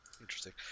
Interesting